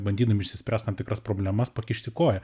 bandydami išsispręst tam tikras problemas pakišti koją